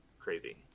Crazy